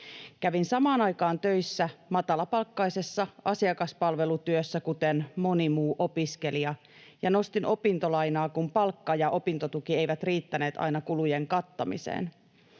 Kävin samaan aikaan töissä matalapalkkaisessa asiakaspalvelutyössä, kuten moni muu opiskelija, ja nostin opintolainaa, kun palkka ja opintotuki eivät riittäneet aina kulujen kattamiseen.